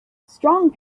strong